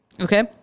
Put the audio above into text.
Okay